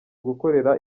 gukorera